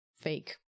fake